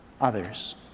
others